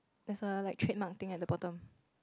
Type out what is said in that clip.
there's a like trademark thing at the bottom